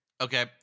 Okay